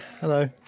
Hello